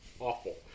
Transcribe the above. awful